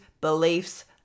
beliefs